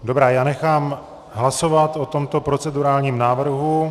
Dobrá, nechám hlasovat o tomto procedurálním návrhu.